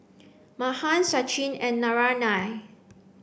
Mahan Sachin and Naraina